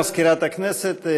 תודה למזכירת הכנסת.